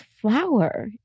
flower